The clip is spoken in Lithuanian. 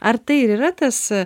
ar tai ir yra tas